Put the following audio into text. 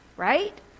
right